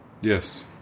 Yes